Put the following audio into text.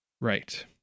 Right